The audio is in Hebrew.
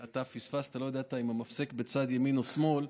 אתה פספסת, לא ידעת אם המפסק בצד ימין או שמאל.